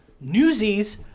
Newsies